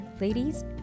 Ladies